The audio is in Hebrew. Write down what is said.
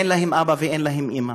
אין להם אבא ואין להם אימא.